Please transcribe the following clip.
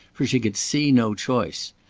for she could see no choice.